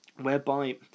Whereby